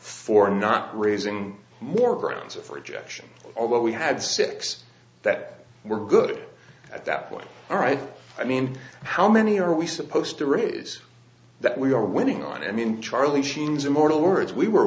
for not raising more grounds of rejection although we had six that were good at that point all right i mean how many are we supposed to raise that we are winning on and in charlie